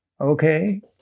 Okay